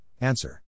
answer